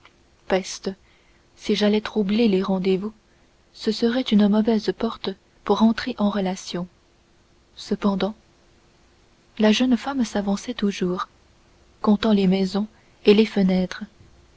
peste si j'allais troubler les rendez-vous ce serait une mauvaise porte pour entrer en relations cependant la jeune femme s'avançait toujours comptant les maisons et les fenêtres